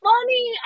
funny